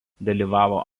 dalyvavo